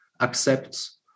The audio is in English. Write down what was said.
accepts